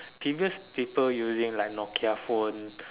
previous people using like Nokia phone